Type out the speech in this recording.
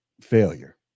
failure